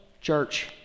church